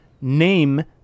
name